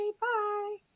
Bye